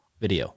video